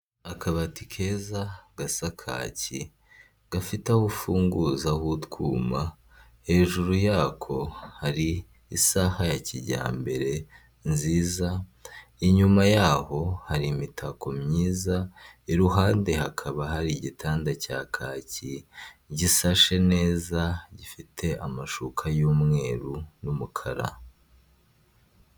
Akabati keza gasa kaki gafite aho ufunguza ho utwuma, hejuru yako hari isaha ya kijyambere nziza, inyuma yaho hari imitako myiza, iruhande hakaba hari igitanda cya kaki gisashe neza gifite amashuka y'umweru n'umukara.